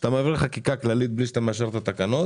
כשאתה מעביר חקיקה כללית בלי שאתה מאשר את התקנות,